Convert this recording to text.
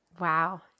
Wow